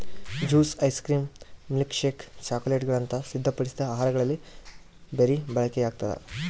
juice ice cream milkshake ಚಾಕೊಲೇಟ್ಗುಳಂತ ಸಿದ್ಧಪಡಿಸಿದ ಆಹಾರಗಳಲ್ಲಿ ಬೆರಿ ಬಳಕೆಯಾಗ್ತದ